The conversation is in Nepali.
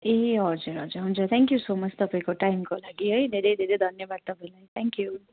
ए हजुर हजुर हुन्छ थ्याङ्कयू सो मच तपाईँको टाइमको लागि है धेरै धेरै धन्यवाद तपाईँलाई थ्याङ्कयू